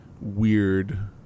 weird